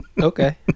Okay